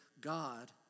God